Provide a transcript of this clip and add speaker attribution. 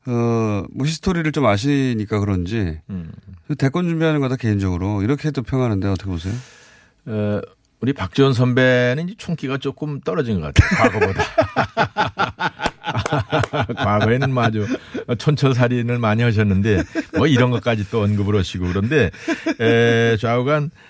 Speaker 1: 어, 뭐 history를 좀 아시니까 그런지
Speaker 2: 음.
Speaker 1: 대권 준비하는 거다, 개인적으로. 이렇게도 평하는데 어떻게 보세요?
Speaker 2: 어, 우리 박지원 선배는 이제 총기가 조금 떨어진 것 같아요. 과거보다. 과거에는 뭐 아주 촌철살인을 많이 하셨는데 뭐 이런 것까지 또 언급을 하시고 그런데 에, 좌우간